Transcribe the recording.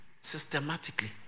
systematically